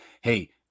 Hey